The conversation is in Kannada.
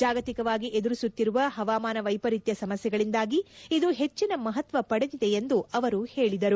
ಜಾಗತಿಕವಾಗಿ ಎದುರಿಸುತ್ತಿರುವ ಹವಾಮಾನ ವೈಪರೀತ್ವ ಸಮಸ್ಥೆಗಳಿಂದಾಗಿ ಇದು ಹೆಚ್ಚಿನ ಮಹತ್ವ ಪಡೆದಿದೆ ಎಂದು ಅವರು ಹೇಳಿದರು